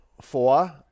Four